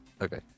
Okay